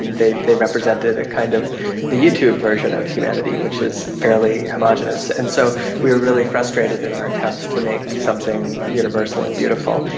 and they they represented a kind of youtube version of humanity, which is fairly homogenous. and so we were really frustrated in our attempts to make something universal and beautiful.